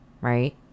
right